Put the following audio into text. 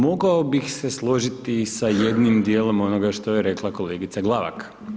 Mogao bih se složiti sa jednim dijelom onoga što je rekla kolegica Glavak.